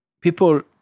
people